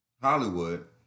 Hollywood